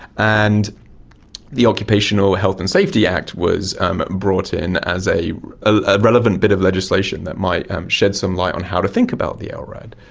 and the occupational health and safety act was brought in as a ah relevant bit of legislation that might shed some light on how to think about the ah lrad.